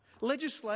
Legislation